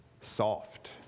soft